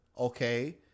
Okay